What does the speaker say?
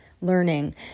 learning